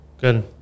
Good